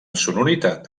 sonoritat